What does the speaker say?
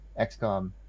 XCOM